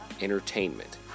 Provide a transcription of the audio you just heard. Entertainment